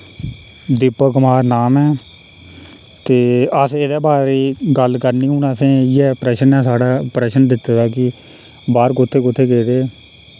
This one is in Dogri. दीपक कुमार नाम ऐ ते अस एह्दे बारे गल्ल करनी हुन असें इयै प्रश्न ऐ साढ़ा प्रश्न दित्ते दा कि बाह्र कुत्थै कुत्थै गेदे